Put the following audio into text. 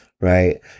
right